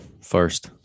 first